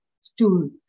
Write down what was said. stool